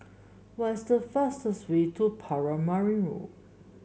what's the fastest way to Paramaribo